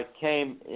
came